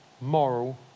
moral